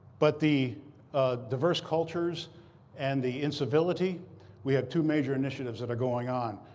but the diverse cultures and the incivility we have two major initiatives that are going on.